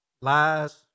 lies